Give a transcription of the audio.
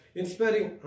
inspiring